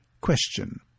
Question